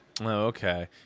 okay